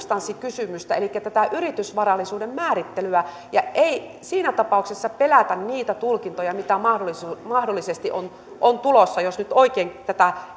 tanssikysymystä elikkä tätä yritysvarallisuuden määrittelyä eikä siinä tapauksessa pelätä niitä tulkintoja mitä mahdollisesti on on tulossa jos nyt oikein tulkitsen tätä